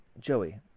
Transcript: Joey